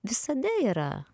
visada yra